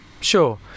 Sure